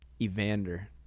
Evander